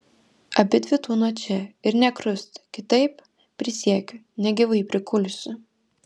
abidvi tūnot čia ir nė krust kitaip prisiekiu negyvai prikulsiu